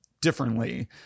differently